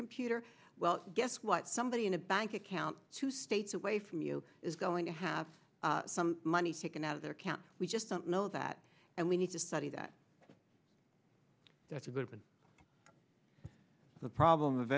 computer well guess what somebody in a bank account two states away from you is going to have some money hidden out of their camp we just don't know that and we need to study that that's good when the problem of